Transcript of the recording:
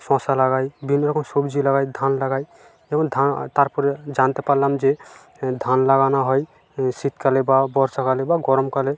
শসা লাগায় বিভিন্ন রকম সবজি লাগায় ধান লাগায় এবং তারপরে জানতে পারলাম যে এ ধান লাগানো হয় এ শীতকালে বা বর্ষাকালে বা গরমকালে